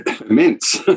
immense